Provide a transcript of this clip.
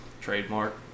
trademark